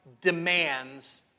demands